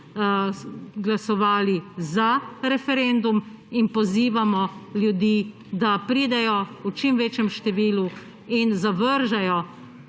glasovali za referendum in pozivamo ljudi, da pridejo v čim večjem številu in zavržejo